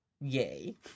Yay